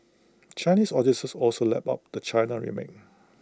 Chinese audiences also lapped up the China remake